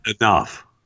Enough